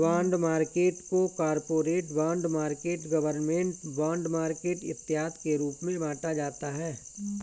bond market को corporate bond market government bond market इत्यादि के रूप में बांटा जाता है